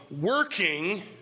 working